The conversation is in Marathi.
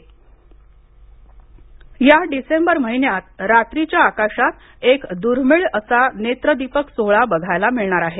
गुरू शनी युती या डिसेंबर महिन्यात रात्रीच्या आकाशात एक दुर्मिळ असा नेत्रदीपक सोहळा बघायला मिळणार आहे